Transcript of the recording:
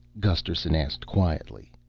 gusterson asked quietly.